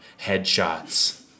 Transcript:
Headshots